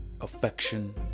affection